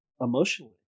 emotionally